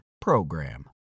PROGRAM